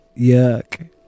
Yuck